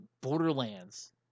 Borderlands